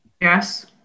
Yes